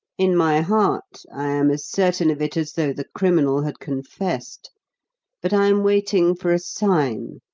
in my heart i am as certain of it as though the criminal had confessed but i am waiting for a sign,